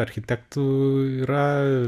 architektų yra